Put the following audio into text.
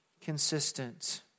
consistent